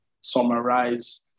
summarize